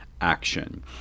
action